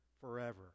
forever